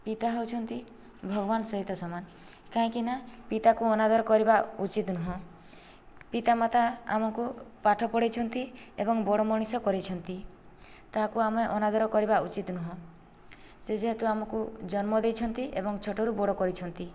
ପିତା ହେଉଛନ୍ତି ଭଗବାନ ସହିତ ସମାନ କାହିଁକି ନା ପିତାକୁ ଅନାଦର କରିବା ଉଚିତ ନୁହଁ ପିତା ମାତା ଆମକୁ ପାଠ ପଢ଼େଇଛନ୍ତି ଏବଂ ବଡ ମଣିଷ କରେଇଛନ୍ତି ତାହାକୁ ଆମେ ଅନାଦର କରିବା ଉଚିତ ନୁହଁ ସେ ଯେହେତୁ ଆମକୁ ଜନ୍ମ ଦେଇଛନ୍ତି ଏବଂ ଛୋଟରୁ ବଡ଼ କରିଛନ୍ତି